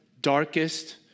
darkest